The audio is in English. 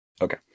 Okay